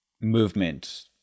movement